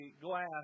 glass